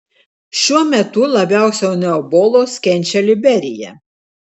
šiuo metu labiausiai nuo ebolos kenčia liberija